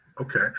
okay